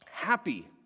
Happy